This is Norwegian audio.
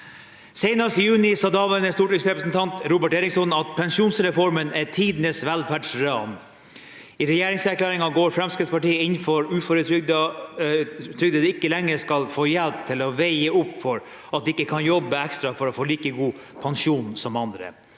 Senest i juni sa daværende stortingsrepresentant Robert Eriksson at «pensjonsreformen er tidenes velferdsran». I regjeringserklæringen går Fremskrittspartiet inn for at uføretrygdede ikke lenger skal få hjelp til å veie opp for at de ikke kan jobbe ekstra for å få like god pensjon som andre.